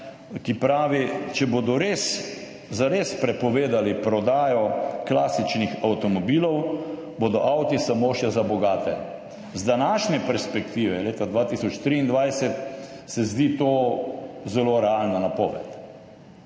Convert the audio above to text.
ki pravi: »Če bodo zares prepovedali prodajo klasičnih avtomobilov, bodo avti samo še za bogate.« Z današnje perspektive, leta 2023, se zdi to zelo realna napoved,